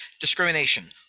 discrimination